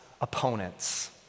opponents